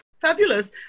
fabulous